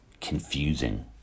confusing